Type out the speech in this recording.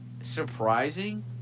surprising